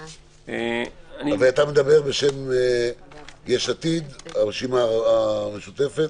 אתה מדבר בשום יש עתיד והרשימה המשותפת.